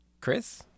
Chris